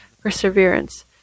perseverance